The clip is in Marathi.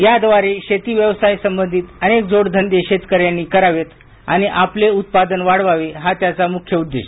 या द्वारे शेती व्यवसाय संबंधित अनेक जोड धंदे शेतकऱ्यांनी करावेत आणि आपले उत्पादन वाढवावे हा त्याचा मुख्य उद्देश